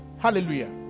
hallelujah